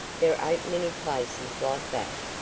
there ain't many places like that.